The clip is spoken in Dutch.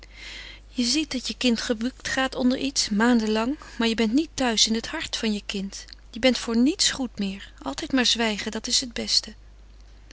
je ziet dat je kind gebukt gaat onder iets maanden lang maar je bent niet thuis in het hart van je kind je bent voor niets goed meer altijd maar zwijgen dat is het beste